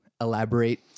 elaborate